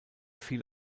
fiel